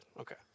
Okay